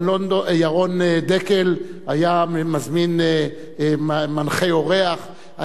ירון דקל היה מזמין מנחה אורח,